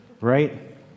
right